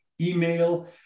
email